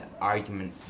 argument